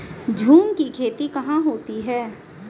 झूम की खेती कहाँ होती है?